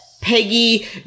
Peggy